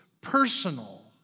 personal